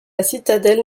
citadelle